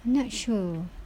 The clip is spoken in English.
I'm not sure